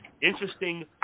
interesting